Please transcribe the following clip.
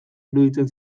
iruditzen